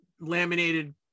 laminated